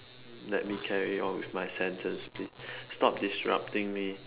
let me carry on with my sentence please stop disrupting me